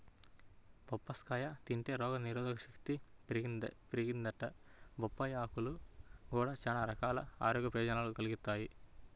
బొప్పాస్కాయ తింటే రోగనిరోధకశక్తి పెరిగిద్దంట, బొప్పాయ్ ఆకులు గూడా చానా రకాల ఆరోగ్య ప్రయోజనాల్ని కలిగిత్తయ్